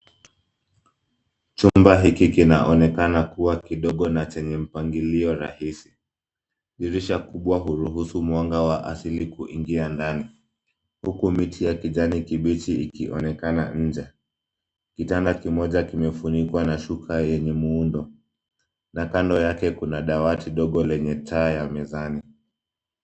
Chumba hiki kinaonekana kuwa kidogo na chenye mpangilio rahisi. Dirisha kubwa hurusu mwanga wa asili kuingia ndani, huku miti ya kijani kibichi ikionekana nje kitanda kimoja kimefunikwa na shuka yenye muundo na kando yake kuna dawati ndogo lenye taa ya mezani.